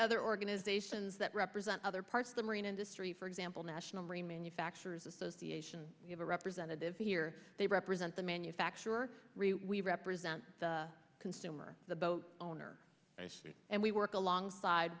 other organizations that represent other parts the marine industry for example national marine manufacturers association we have a representative here they represent the manufacturer we represent the consumer the boat owner and we work alongside